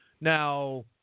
Now